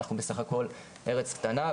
אנחנו בסך הכול ארץ קטנה,